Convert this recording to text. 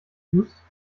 tust